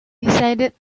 decided